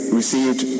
received